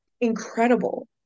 incredible